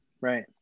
Right